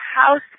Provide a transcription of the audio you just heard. house